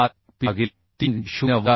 51P भागिले 3 D0 वजा 0